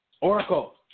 Oracle